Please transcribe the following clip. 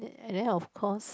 and then of course